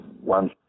one